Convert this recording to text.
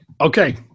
Okay